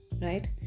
right